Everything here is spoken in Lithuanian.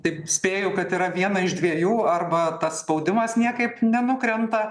taip spėju kad yra viena iš dviejų arba tas spaudimas niekaip nenukrenta